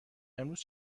امروز